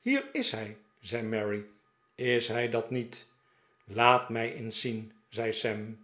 hier is hij zei mary is hij dat niet laat mij eens zien zei